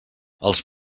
els